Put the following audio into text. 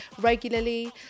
regularly